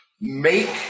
make